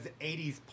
80s